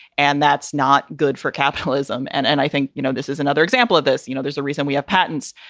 and that's not good for capitalism. and and i think, you know, this is another example of this. you know, there's a reason we are patent's.